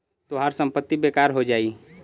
तोहार संपत्ति बेकार हो जाई